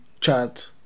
chat